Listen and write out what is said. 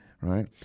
right